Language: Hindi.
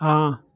हाँ